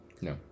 No